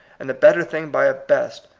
and the better thing by a best,